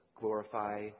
glorify